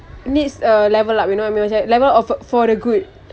needs a level up you know what I mean macam level of for the good